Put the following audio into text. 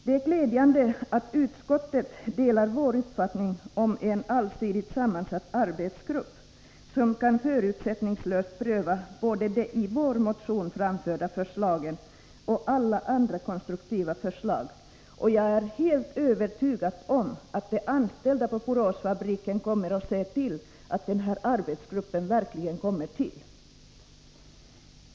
Det är glädjande att utskottet delar vår uppfattning om en allsidigt sammansatt arbetsgrupp, som kan förutsättningslöst pröva både de i vår motion framförda förslagen och alla andra konstruktiva förslag. Jag är helt Nr 55 övertygad om att de anställda vid Boråsfabriken ser till att den här Onsdagen den arbetsgruppen verkligen kommer till stånd.